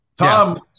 Tom